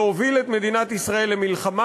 להוביל את מדינת ישראל למלחמה.